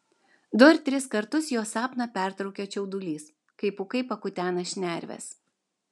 du ar tris kartus jo sapną pertraukia čiaudulys kai pūkai pakutena šnerves